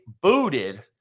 booted